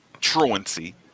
truancy